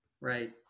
right